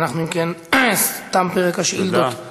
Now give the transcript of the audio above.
אם כן, תם פרק השאילתות